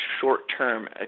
short-term